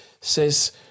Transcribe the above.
says